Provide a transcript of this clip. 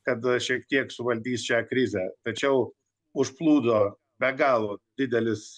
kad šiek tiek suvaldys šią krizę tačiau užplūdo be galo didelis